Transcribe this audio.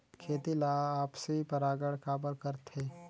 खेती ला आपसी परागण काबर करथे?